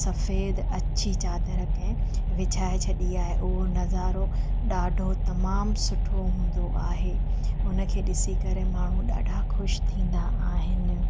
सफ़ेद अच्छी चादर कंहिं विछाए छॾी आहे हू नज़ारो ॾाढो तमामु सुठो हूंदो आहे उनखे ॾिसी करे माण्हू ॾाढा ख़ुशि थींदा आहिनि